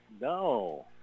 No